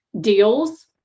deals